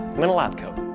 i'm in a lab coat.